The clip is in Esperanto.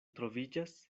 troviĝas